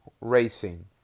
racing